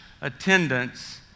attendance